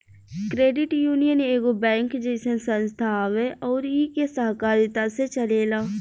credit union एगो bank जइसन संस्था हवे अउर इ के सहकारिता से चलेला